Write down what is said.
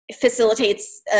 facilitates